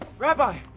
rabbi,